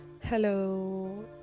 hello